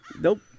nope